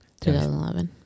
2011